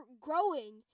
growing